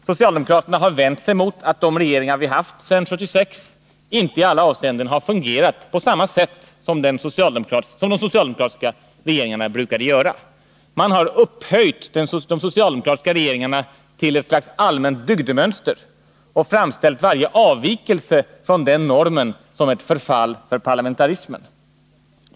Socialdemokraterna har vänt sig mot att de regeringar vi haft sedan 1976 inte i alla avseenden har fungerat på samma sätt som de socialdemokratiska regeringarna brukade göra. Man har upphöjt de socialdemokratiska regeringarna till ett slags allmänt dygdemönster och framställt varje avvikelse från denna norm som ett förfall för parlamentarismen.